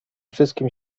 wszystkim